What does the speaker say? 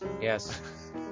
Yes